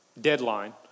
deadline